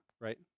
right